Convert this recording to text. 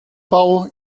bau